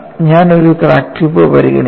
ഞാൻ ഒരു crack tip പരിഗണിക്കുന്നു